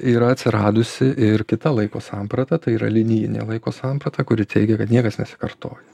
yra atsiradusi ir kita laiko samprata tai yra linijinė laiko samprata kuri teigia kad niekas nesikartoja